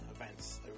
events